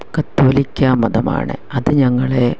കത്തോലിക്കാ മതമാണ് അത് ഞങ്ങളെ